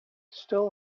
still